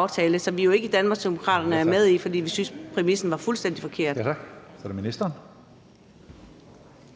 (Karsten Hønge): Tak. Kl. 12:00 Social- og boligministeren